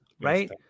right